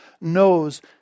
knows